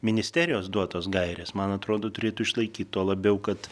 ministerijos duotos gairės man atrodo turėtų išlaikyt tuo labiau kad